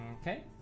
Okay